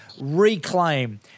reclaim